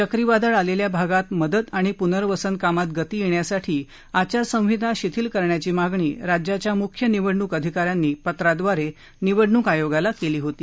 चक्रीवादळ आलेल्या भागात मदत आणि प्नर्वसन कामात गती येण्यासाठी आचारसंहिता शिथिल करण्याची मागणी राज्याच्या मुख्य निवडणूक अधिका यांनी पत्राद्वारे निवडणूक आयोगाला केली होती